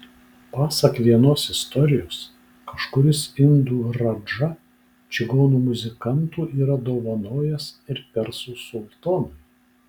pasak vienos istorijos kažkuris indų radža čigonų muzikantų yra dovanojęs ir persų sultonui